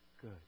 good